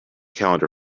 calendar